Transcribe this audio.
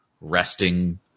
resting